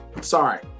sorry